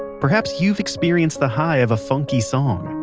perhaps you've experienced the high of a funky song,